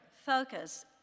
focus